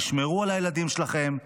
תשמרו על הילדים שלכם,